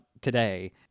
today